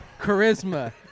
charisma